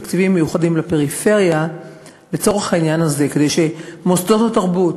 תקציבים מיוחדים לפריפריה לצורך העניין הזה כדי שמוסדות התרבות